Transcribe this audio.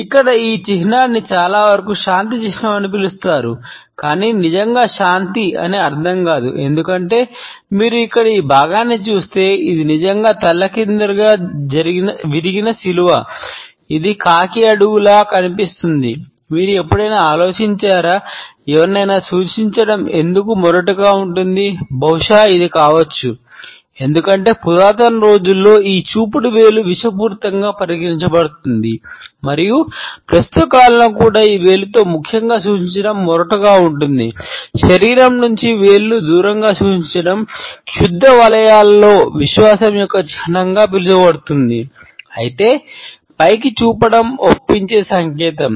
ఇక్కడ ఈ చిహ్నాన్ని చాలావరకు శాంతి చిహ్నం అని పిలుస్తారు కానీ నిజంగా శాంతి అని అర్ధం కాదు ఎందుకంటే మీరు ఇక్కడ ఈ భాగాన్ని చూస్తే ఇది నిజంగా తలక్రిందులుగా విరిగిన శిలువ ఇది కాకి అడుగులా విశ్వాసం యొక్క చిహ్నంగా పిలువబడుతుంది అయితే పైకి చూపడం ఒప్పించే సంకేతం